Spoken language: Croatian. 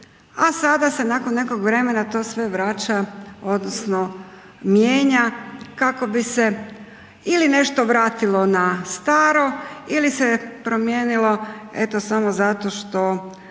a sada se nakon nekog vremena to sve vraća odnosno mijenja kako bi se ili nešto vratilo na staro ili se promijenilo evo samo zato što